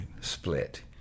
split